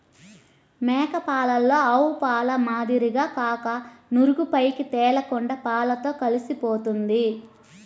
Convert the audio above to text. మేక పాలలో ఆవుపాల మాదిరిగా కాక నురుగు పైకి తేలకుండా పాలతో కలిసిపోతుంది